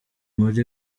muri